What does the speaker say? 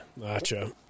Gotcha